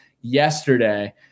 yesterday